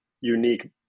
unique